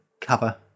cover